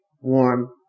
warm